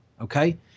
okay